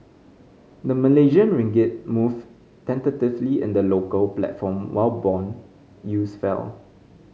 the Malaysian ringgit moved tentatively in the local platform while bond yields fell